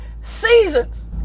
seasons